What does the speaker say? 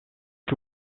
que